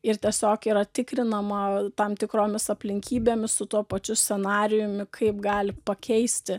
ir tiesiog yra tikrinama tam tikromis aplinkybėmis su tuo pačiu scenarijumi kaip gali pakeisti